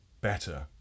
better